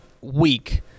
week